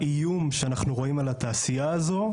האיום שאנחנו רואים על התעשייה הזו,